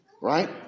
right